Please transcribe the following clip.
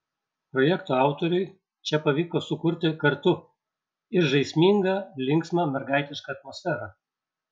projekto autoriui čia pavyko sukurti kartu ir žaismingą linksmą mergaitišką atmosferą